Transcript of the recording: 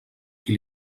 qui